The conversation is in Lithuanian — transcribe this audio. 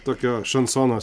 tokio šansono